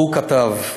והוא כתב בו: